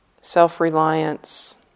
Self-reliance